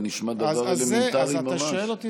זה נשמע דבר אלמנטרי ממש.